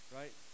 right